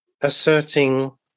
asserting